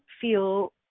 feel